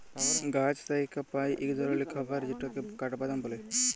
গাহাচ থ্যাইকে পাই ইক ধরলের খাবার যেটকে কাঠবাদাম ব্যলে